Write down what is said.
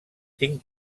tinc